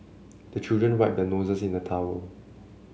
the children wipe their noses on the towel